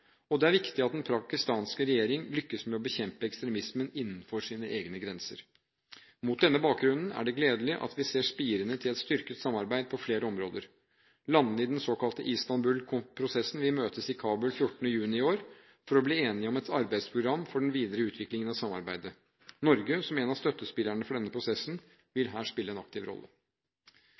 Og det er viktig at den pakistanske regjering lykkes med å bekjempe ekstremismen innenfor sine egne grenser. Mot denne bakgrunnen er det gledelig at vi ser spirene til et styrket samarbeid på flere områder. Landene i den såkalte Istanbul-prosessen vil møtes i Kabul 14. juni i år for å bli enige om et arbeidsprogram for den videre utviklingen av samarbeidet. Norge, som en av støttespillerne for denne prosessen, vil her spille en aktiv rolle.